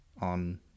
on